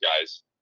guys